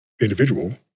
individual